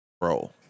Bro